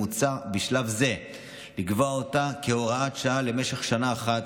מוצע בשלב זה לקבוע אותה כהוראת שעה למשך שנה אחת.